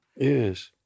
Yes